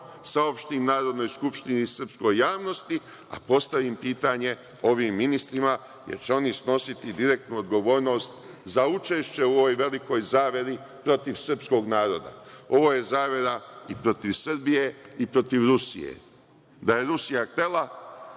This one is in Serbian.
saopštim Narodnoj skupštini i srpskoj javnosti, da postavim pitanje ovim ministrima, jer će oni snositi direktnu odgovornost za učešće u ovoj velikoj zaveri protiv srpskog naroda. Ovo je zavera i protiv Srbije i protiv Rusije. Da je Rusija htela